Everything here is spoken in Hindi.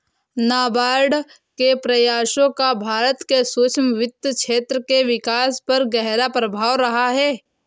नाबार्ड के प्रयासों का भारत के सूक्ष्म वित्त क्षेत्र के विकास पर गहरा प्रभाव रहा है